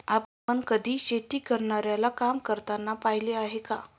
आपण कधी शेती करणाऱ्याला काम करताना पाहिले आहे का?